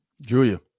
Julia